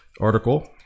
article